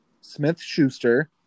Smith-Schuster